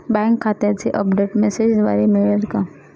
Bank खात्याचे update मेसेजद्वारे मिळेल का?